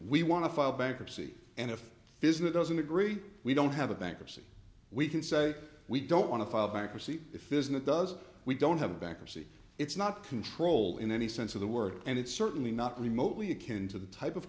we want to file bankruptcy and if business doesn't agree we don't have a bankruptcy we can say we don't want to file bankruptcy if isn't a does we don't have a bankruptcy it's not control in any sense of the word and it's certainly not remotely akin to the type of